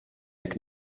jak